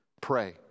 Pray